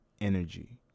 energy